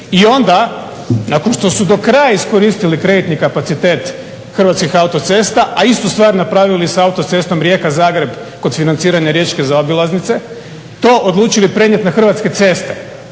i onda nakon što su do kraja iskoristili kreditni kapacitet Hrvatskih autocesta, a istu stvar napravili sa autocestom Rijeka-Zagreb kod financiranja riječke zaobilaznice to odlučili prenijeti na Hrvatske ceste